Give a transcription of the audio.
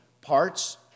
parts